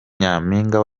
nyampinga